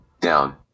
Down